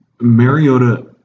Mariota